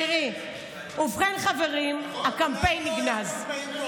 ובכן, חברים, הקמפיין נגנז.